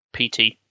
PT